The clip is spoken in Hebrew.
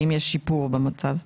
האם יש שיפור במצב?